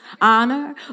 honor